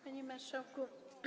Panie Marszałku!